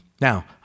Now